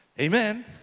Amen